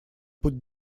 путь